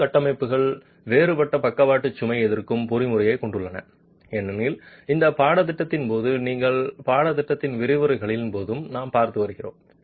கொத்து கட்டமைப்புகள் வேறுபட்ட பக்கவாட்டு சுமை எதிர்க்கும் பொறிமுறையைக் கொண்டுள்ளன ஏனெனில் இந்த பாடத்திட்டத்தின் போது இந்த பாடத்திட்டத்தின் விரிவுரைகளின் போது நாம் பார்த்து வருகிறோம்